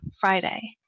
Friday